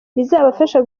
bizabafasha